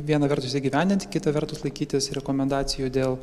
vieną vertus įgyvendinti kita vertus laikytis rekomendacijų dėl